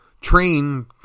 train